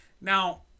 Now